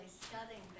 studying